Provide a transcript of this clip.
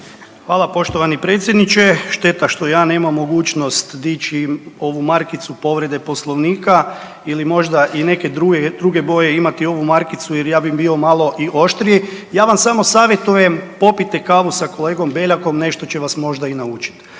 Hvala poštovani predsjedniče. Šteta što ja nemam mogućnost dići ovu markicu povrede Poslovnika ili možda i neke druge boje imati ovu markicu jer ja bi bio malo i oštriji. Ja vam samo savjetujem popijte kavu sa kolegom Beljakom nešto će vas možda i naučiti.